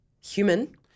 human